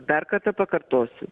dar kartą pakartosiu